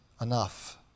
enough